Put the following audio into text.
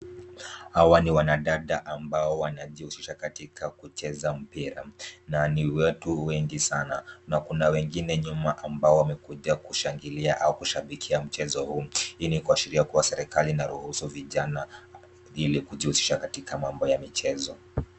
Hawa ni wanadada ambao wanajishughulisha katika kucheza mpira na ni watu wengi sana na kuna wengine nyuma ambao wamekuja kushangilia kushabikia mchezo huu, hii inaashiria kuwa serikali inaruhusu vijana ili kujihusisha katika mambo ya michezo.